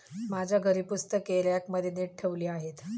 माझ्या घरी पुस्तके रॅकमध्ये नीट ठेवली आहेत